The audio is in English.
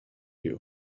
you